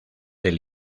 del